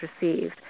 received